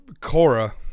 Cora